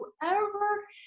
whoever